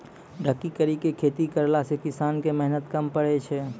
ढकी करी के खेती करला से किसान के मेहनत कम पड़ै छै